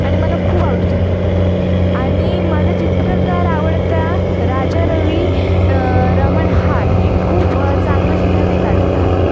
आणि मला खूप आवड चित्रकला आणि माझं चित्रकार आवडता राजा रवी रमण हा आहे खूप चांगलं चित्र ते काढतात